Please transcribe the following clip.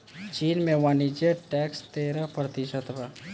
चीन में वाणिज्य टैक्स तेरह प्रतिशत बा